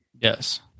Yes